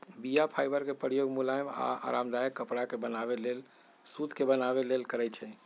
बीया फाइबर के प्रयोग मुलायम आऽ आरामदायक कपरा के बनाबे लेल सुत के बनाबे लेल करै छइ